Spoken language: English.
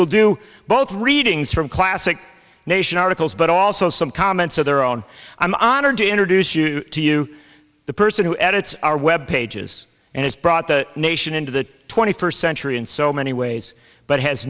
will do both readings from classic nation articles but also some comments of their own i'm honored to introduce you to you the person who edits our web pages and has brought the nation into the twenty first century in so many ways but has